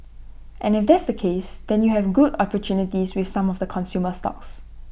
and if that's the case then you have good opportunities with some of the consumer stocks